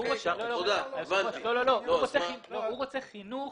הוא רוצה חינוך,